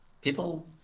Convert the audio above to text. People